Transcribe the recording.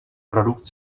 produkt